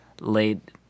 late